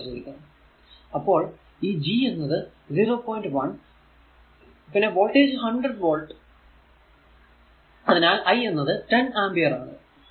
1 പിന്നെ voltage 100 volt അതിനാൽ i എന്നത് 10 ആമ്പിയർ ആണ്